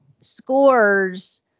scores